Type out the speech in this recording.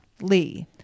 Lee